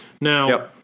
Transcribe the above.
now